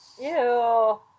Ew